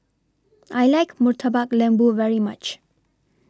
I like Murtabak Lembu very much